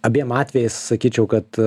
abiem atvejais sakyčiau kad